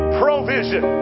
provision